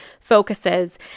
focuses